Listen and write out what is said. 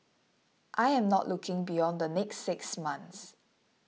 I am not looking beyond the next six months